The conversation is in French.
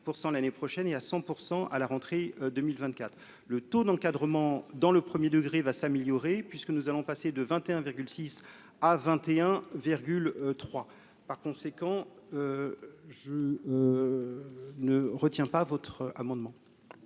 le taux d'encadrement dans le 1er degré va s'améliorer puisque nous allons passer de 21 virgule 6 à 21,3, par conséquent je ne retient pas votre amendement.